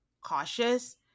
cautious